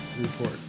Report